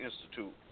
Institute